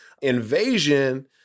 invasion